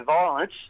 violence